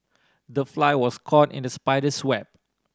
the fly was caught in the spider's web